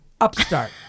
Upstart